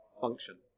function